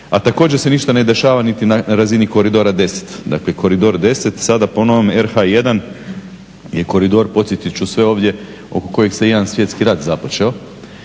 A također se ništa ne dešava niti na razini koridora 10. Dakle, koridor 10 sada po novom RH1 je koridor podsjetit ću sve ovdje oko kojeg se jedan svjetski rat započeo.